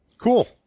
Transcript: Cool